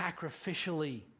sacrificially